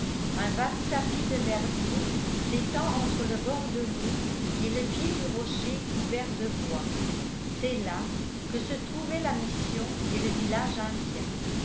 un vaste tapis de verdure s'étend entre le bord de l'eau et le pied du rocher couvert de bois c'est là que se trouvaient la mission et le village indien